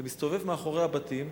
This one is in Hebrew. אתה מסתובב מאחורי הבתים,